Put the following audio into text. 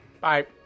bye